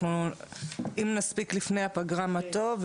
אנחנו אם נספיק לפני הפגרה מה טוב,